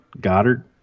Goddard